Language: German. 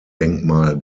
denkmal